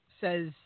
says